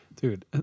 Dude